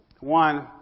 One